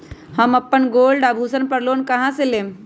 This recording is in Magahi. हम अपन गोल्ड आभूषण पर लोन कहां से लेम?